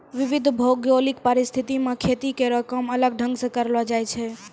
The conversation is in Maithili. विविध भौगोलिक परिस्थिति म खेती केरो काम अलग ढंग सें करलो जाय छै